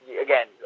again